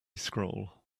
scroll